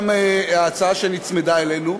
גם ההצעה שנצמדה אלינו.